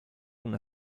una